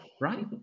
right